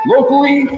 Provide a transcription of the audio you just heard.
Locally